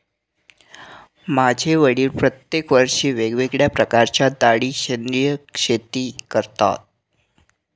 माझे वडील प्रत्येक वर्षी वेगळ्या प्रकारच्या डाळी सेंद्रिय शेती करतात